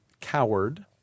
Coward